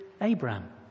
Abraham